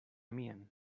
mian